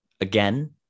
again